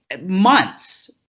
months